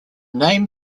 name